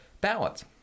ballots